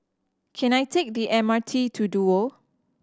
can I take the M R T to Duo